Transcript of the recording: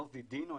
לא וידאנו,